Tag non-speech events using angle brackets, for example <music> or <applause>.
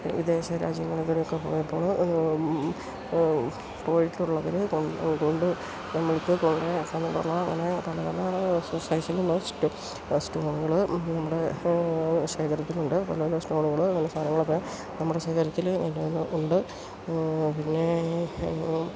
വിദേശ രാജ്യങ്ങളിലുക്കൂടിയൊക്കെ പോയപ്പോള് പോയിട്ടുള്ളവര് കൊണ്ട് നമ്മൾക്ക് കുറെ <unintelligible> അങ്ങനെ പല പല സൈസിലുള്ള സ്റ്റോണുകള് നമ്മുടെ ശേഖരത്തിലുണ്ട് പല പല സ്റ്റോണുകള് അങ്ങനെ സാധനങ്ങളൊക്കെ നമ്മുടെ ശേഖരത്തില് നല്ലപോലെ ഉണ്ട് പിന്നെ